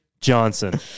Johnson